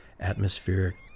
atmospheric